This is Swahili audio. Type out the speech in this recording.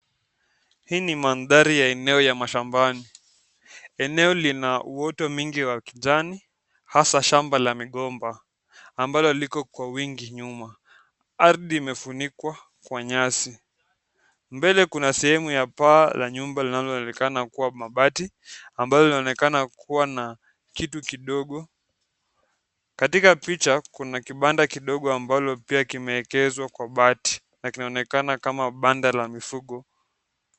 Hii ni mandhari ya eneo ya mashambani eneo lina uoto mingi wa kijani hasa shamba la migomba ambalo liko kwa wingi nyuma. Ardhi imefunikwa kwa nyasi mbele kuna sehemu ya paa la nyumba linalonekana kuwa mabati ambalo linaonekana kuwa na kitu kidogo. Katika picha kuna kibanda kidogo ambalo pia kimeekezwa kwa bati na kinaonekana kama banda la mifugo.